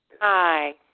Hi